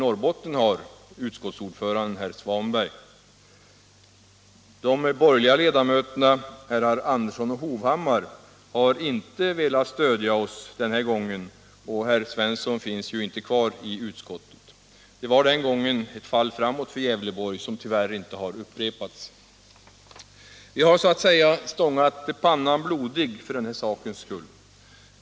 Vi har så att säga stångat pannan blodig för den här sakens skull.